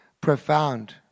profound